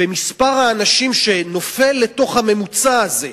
ומספר האנשים שנופלים לתוך הממוצע הזה,